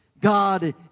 God